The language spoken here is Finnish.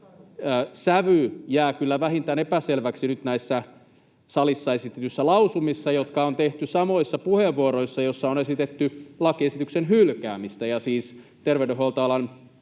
kyllä vähintään epäselväksi nyt näissä salissa esitetyissä lausumissa, jotka on tehty samoissa puheenvuoroissa, joissa on esitetty lakiesityksen hylkäämistä